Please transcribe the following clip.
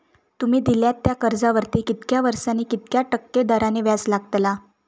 तुमि दिल्यात त्या कर्जावरती कितक्या वर्सानी कितक्या टक्के दराने व्याज लागतला?